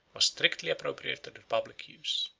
was strictly appropriated to the public use.